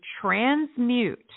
transmute